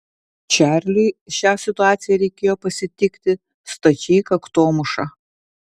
čarliui šią situaciją reikėjo pasitikti stačiai kaktomuša